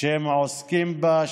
שהם עוסקים בה,